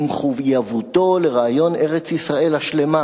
ומחויבותו לרעיון ארץ-ישראל השלמה